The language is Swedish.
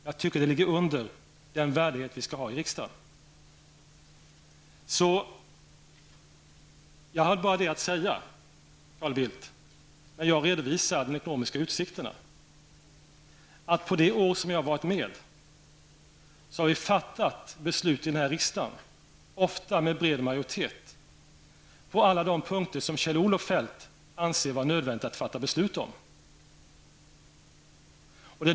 Jag tycker att det ligger under den värdighet som vi skall ha här i riksdagen. Jag har bara det att säga, Carl Bildt, när jag redovisar de ekonomiska utsikterna att under det år som jag har varit med har vi fattat beslut, ofta med bred majoritet, på alla de punkter där Kjell-Olof Feldt anser det nödvändigt att fatta beslut.